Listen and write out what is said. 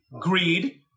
greed